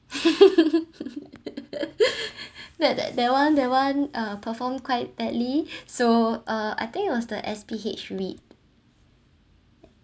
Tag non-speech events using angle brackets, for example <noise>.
<laughs> that that one that one uh perform quite badly so uh I think it was the S_P_H REIT